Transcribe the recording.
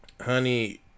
Honey